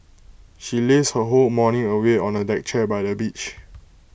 she lazed her whole morning away on A deck chair by the beach